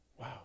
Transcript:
Wow